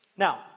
Now